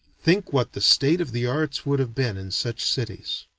think what the state of the arts would have been in such cities.